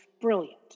Brilliant